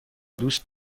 دوست